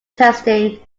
testing